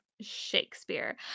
Shakespeare